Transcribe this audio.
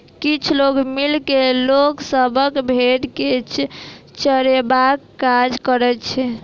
किछ लोक मिल के लोक सभक भेंड़ के चरयबाक काज करैत छै